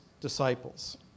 disciples